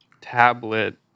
tablet